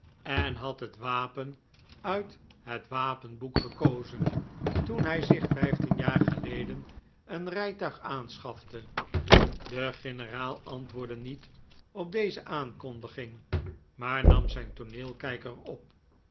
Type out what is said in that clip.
en had het l wapen uit het wapenboek gekozen toen hij zich vijftien jaar geleden een rijtuig aanschafte de generaal antwoordde niet op deze aankondiging maar nam zijn tooneelkijker op